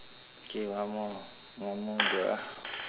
K one more one more ya